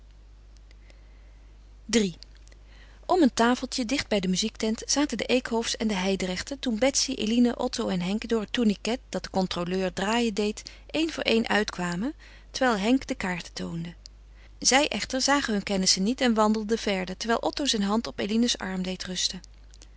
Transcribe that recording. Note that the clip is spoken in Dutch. iii om een tafeltje dicht bij de muziektent zaten de eekhofs en de hijdrechten toen betsy eline otto en henk door het tourniquet dat de controleur draaien deed éen voor éen uitkwamen terwijl henk de kaarten toonde zij echter zagen hun kennissen niet en wandelden verder terwijl otto zijn hand op eline's arm deed rusten